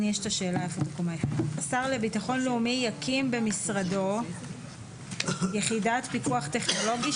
השר לביטחון לאומי יקים במשרדו יחידת פיקוח טכנולוגי,